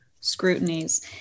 scrutinies